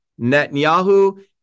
Netanyahu